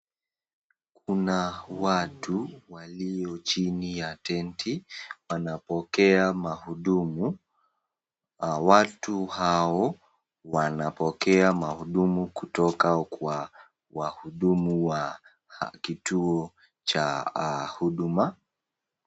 Kuna watu walio chini ya tenti wanapokea mahudumu . Watu hao wanapokea mahudumu kutoka kwa wahudumu wa kitu cha huduma .